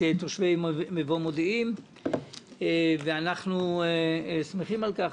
תושבי מבוא מודיעים ואנחנו שמחים על כך.